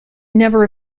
never